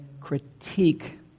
critique